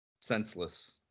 senseless